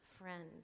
friend